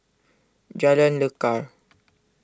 Jalan Lekar